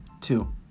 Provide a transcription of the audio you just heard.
Two